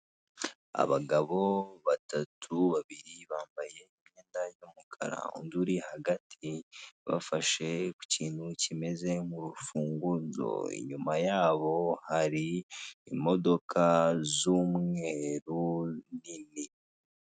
Abagabo batatu, babiri bambaye imyenda y'umukara, undi uri hagati we afashe ku kintu kimeze nk'ururfunguzo, inyuma ya bo hari imodoka z'umweru nini.